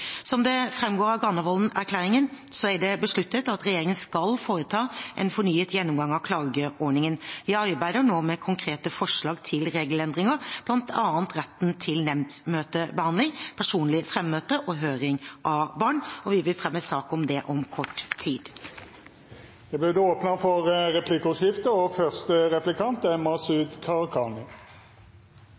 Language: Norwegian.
Som det framgår av Granavolden-erklæringen er det besluttet at regjeringen skal foreta en fornyet gjennomgang av klageordningen. Vi arbeider nå med konkrete forslag til regelendringer, bl.a. retten til nemndsmøtebehandling, personlig fremmøte og høring av barn. Vi vil fremme en sak om det om kort tid. Det vert replikkordskifte. Det er viktig at folk har tillit til forvaltningen og